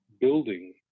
building